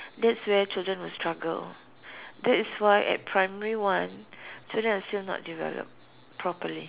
that's where children will struggle that is why at primary one children are still not developed properly